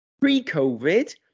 pre-COVID